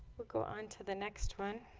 we'll go on to the next one